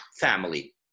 family